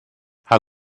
how